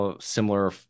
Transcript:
similar